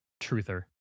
truther